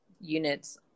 units